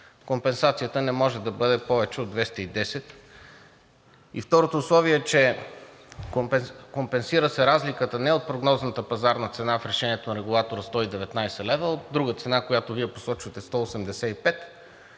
компенсацията не може да бъде повече от 210 лв. Второто условие е, че се компенсира разликата не от прогнозната пазарна цена в решението на регулатора – 119 лв., а от друга цена, която Вие посочвате – 185